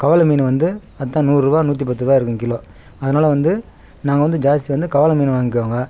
கவலை மீன் வந்து அதுதான் நூறுரூவா நூற்றிப் பத்து ரூபா இருக்கும் கிலோ அதனால் வந்து நாங்கள் வந்து ஜாஸ்தி வந்து கவலை மீன் வாங்கிக்குவாங்க